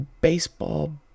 baseball